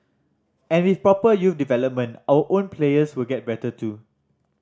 and with proper youth development our own players will get better too